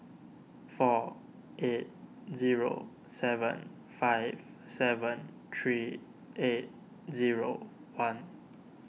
four eight zero seven five seven three eight zero one